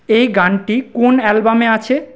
এই গানটি কোন অ্যালবামে আছে